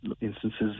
instances